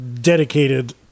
dedicated